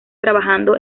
trabajando